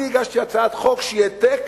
אני הגשתי הצעת חוק שהיא העתק